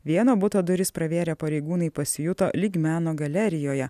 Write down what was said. vieno buto duris pravėrę pareigūnai pasijuto lyg meno galerijoje